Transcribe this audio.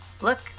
Look